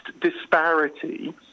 disparity